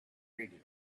radio